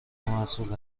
مسئول